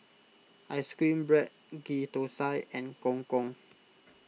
Ice Cream Bread Ghee Thosai and Gong Gong